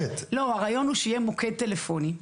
הרעיון הוא שיהיה מוקד טלפוני.